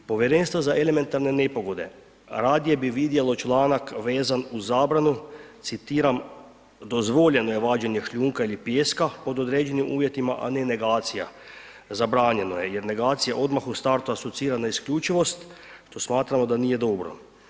Povjerenstvo za elementarne nepogode radije bi vidjelo članak vezan uz zabranu, citiram, dozvoljeno je vađenje šljunka ili pijeska pod određenim uvjetima, a ne negacija, zabranjeno je jer negacija odmah u startu asocira na isključivost, što smatramo da nije dobro.